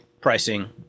pricing